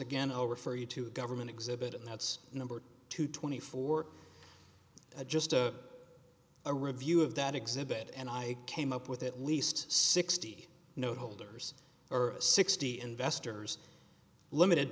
refer you to government exhibit and that's number two twenty four a just a a review of that exhibit and i came up with at least sixty note holders or sixty investors limited